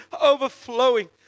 overflowing